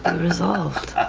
and resolved.